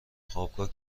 خوابگاه